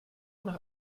nach